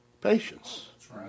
patience